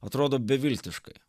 atrodo beviltiškai